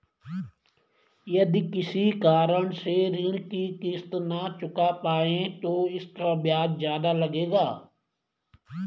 यदि किसी कारण से ऋण की किश्त न चुका पाये तो इसका ब्याज ज़्यादा लगेगा?